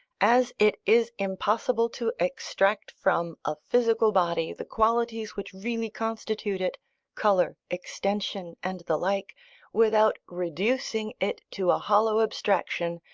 as it is impossible to extract from a physical body the qualities which really constitute it colour, extension, and the like without reducing it to a hollow abstraction,